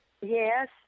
Yes